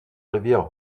rivière